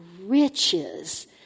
riches